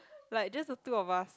like just the two of us